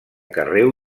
carreu